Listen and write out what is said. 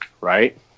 right